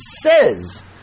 says